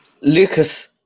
Lucas